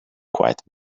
quite